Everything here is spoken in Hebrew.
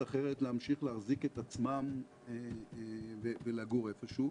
אחרת להמשיך ולהחזיק את עצמם ולגור במקום אחר.